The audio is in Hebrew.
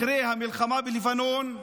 אחרי המלחמה בלבנון,